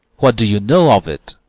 what do you know of it?